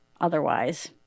otherwise